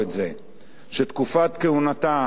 שתקופת כהונתה, עד עכשיו,